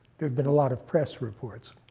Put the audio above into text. have been a lot of press reports.